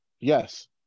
Yes